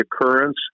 occurrence